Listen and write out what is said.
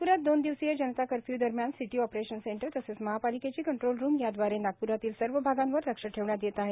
नागपरात दोन दिवसीय जनता कर्फ्य दरम्यान सिटी ऑपरेशन सेंटर तसेच महापालिकेची कंट्रोल रूम यादवारे नागप्रातील सर्व भागांवर लक्ष ठेवण्यात येत आहे